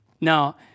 Now